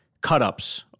cut-ups